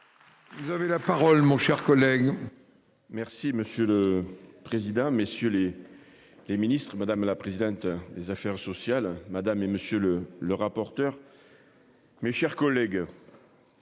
Vous avez la parole, mon cher collègue. Merci monsieur le président. Messieurs les. Les ministres, madame la présidente des affaires sociales, madame et monsieur le le rapporteur. Mes chers collègues.